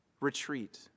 retreat